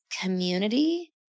community